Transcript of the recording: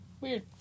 Weird